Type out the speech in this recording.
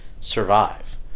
survive